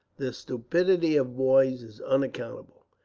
the stupidity of boys is unaccountable.